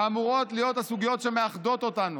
שאמורות להיות הסוגיות שמאחדות אותנו?